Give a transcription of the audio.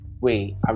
wait